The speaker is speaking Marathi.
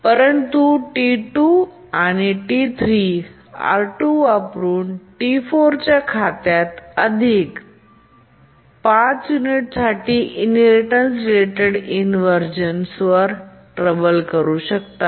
परंतु T2 आणि T3 R2 वापरुन T4 खात्यात अधिक तर 5 युनिट्ससाठी इनहेरिटेन्स रिलेटेड इनव्हर्झन स ट्रबल करू शकतात